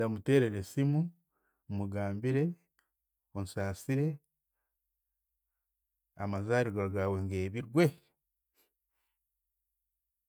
Ndamuteerera esimu, mugambire, onsasire, amazaaribwa gaawe ngeebirwe.